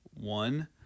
one